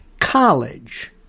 college